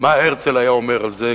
מה הרצל היה אומר על זה,